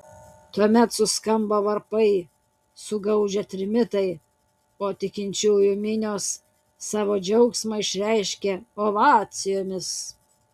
tuomet suskamba varpai sugaudžia trimitai o tikinčiųjų minios savo džiaugsmą išreiškia ovacijomis